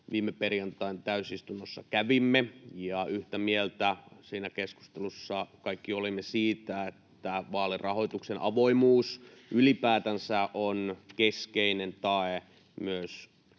viime perjantain täysistunnossa kävimme, ja yhtä mieltä siinä keskustelussa olimme kaikki siitä, että vaalirahoituksen avoimuus ylipäätänsä on keskeinen tae myös